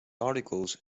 articles